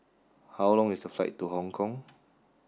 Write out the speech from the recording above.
how long is the flight to Hong Kong